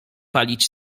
palić